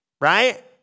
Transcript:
right